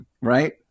Right